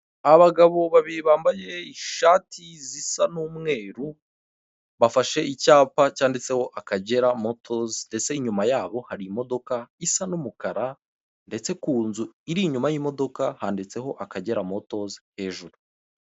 Abagabo babiri bambaye ishati zisa n'umweru, bafashe icyapa cyanditseho akagera motozi; ndetse inyuma yabo hari imodoka isa n'umukara, ndetse ku nzu iri inyuma y'imodoka handitseho akagera motozi hejuru.